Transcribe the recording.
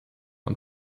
und